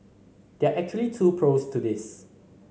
there are actually two pros to this